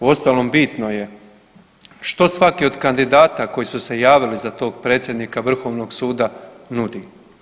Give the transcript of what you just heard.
U ostalom bitno je što svaki od kandidata koji su se javili za tog predsjednika Vrhovnog suda nudi.